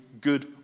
good